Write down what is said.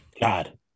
God